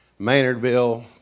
Maynardville